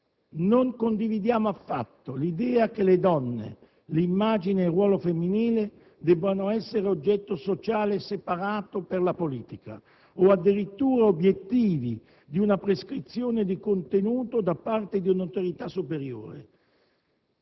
Non condividiamo affatto l'idea che le donne, l'immagine e il ruolo femminili debbano essere oggetto sociale separato per la politica o addirittura obiettivi di una prescrizione di contenuto da parte di un'autorità superiore.